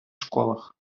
школах